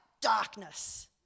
darkness